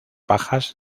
bajas